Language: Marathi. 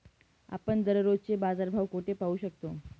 आपण दररोजचे बाजारभाव कोठे पाहू शकतो?